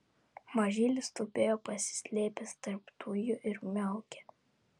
mažylis tupėjo pasislėpęs tarp tujų ir miaukė